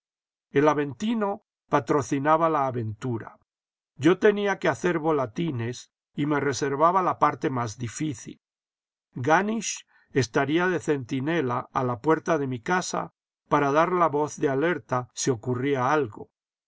el aventino patrocinaba la aventura yo tenía que hacer volatines y me reservaba la parte miás difícil ganisch estaría de centinela a la puerta de mi casa para dar la voz de alerta si ocurría algo